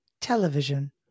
television